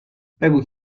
بگو